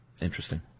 Interesting